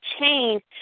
change